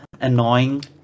annoying